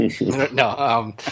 No